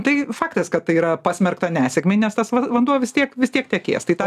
tai faktas kad tai yra pasmerkta nesėkmei nes tas vanduo vis tiek vis tiek tekės tai tą